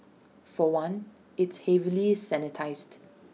for one it's heavily sanitised